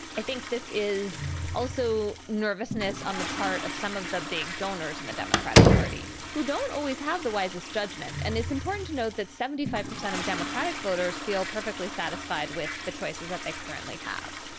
i think this is also nervousness on the part of some of the big donors in the democratic party who don't always have the wisest judgment. and it's important to note that seventy five percent of democratic voters feel perfectly satisfied with the choices that they currently have.